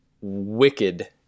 wicked